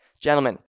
gentlemen